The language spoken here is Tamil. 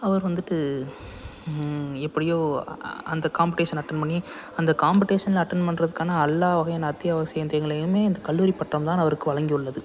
அவர் வந்துட்டு எப்படியோ அந்த காம்பெடிஷன் அட்டென்ட் பண்ணி அந்த காம்பெடிஷனில் அட்டென்ட் பண்ணுறதுக்கான எல்லா வகையான அத்தியாவசியத்திங்களையுமே இந்த கல்லூரி பட்டம் தான் அவருக்கு வழங்கியுள்ளது